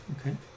Okay